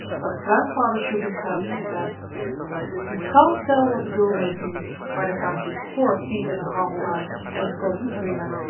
but grandfather shook his head and said you can't tell what a girl may be by the time she's four feet and a half high and is called katrina.